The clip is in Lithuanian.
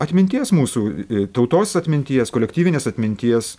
atminties mūsų tautos atminties kolektyvinės atminties